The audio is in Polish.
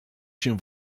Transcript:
się